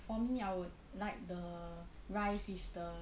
for me I would like the rice with the